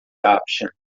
option